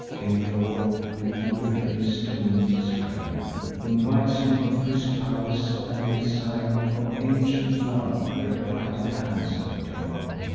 came forth with eager haste to meet his friend invites him to his palace and, in sign of ancient love, their plighted hands they join.